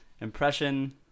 impression